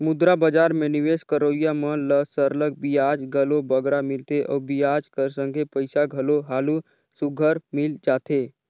मुद्रा बजार में निवेस करोइया मन ल सरलग बियाज घलो बगरा मिलथे अउ बियाज कर संघे पइसा घलो हालु सुग्घर मिल जाथे